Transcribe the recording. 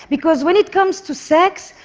because when it comes to sex,